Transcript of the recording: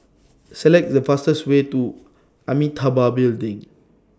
Select The fastest Way to Amitabha Building